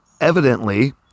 evidently